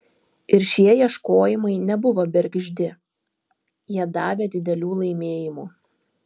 ir šie ieškojimai nebuvo bergždi jie davė didelių laimėjimų